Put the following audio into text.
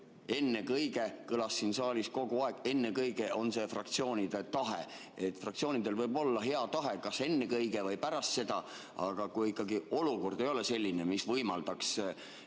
"Ennekõike" kõlas siin saalis kogu aeg. "Ennekõike" on see fraktsioonide tahe. Fraktsioonidel võib olla hea tahe kas ennekõike või pärast seda, aga kui ikkagi olukord ei ole selline, mis võimaldaks